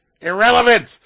Irrelevant